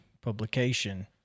publication